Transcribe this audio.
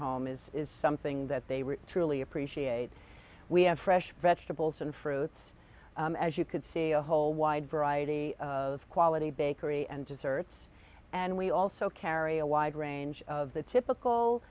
home is is something that they were truly appreciate we have fresh vegetables and fruits as you could see a whole wide variety of quality bakery and desserts and we also carry a wide range of the typical